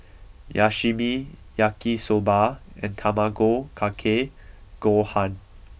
Sashimi Yaki Soba and Tamago Kake Gohan